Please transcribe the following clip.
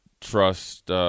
trust –